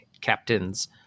captains